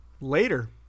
later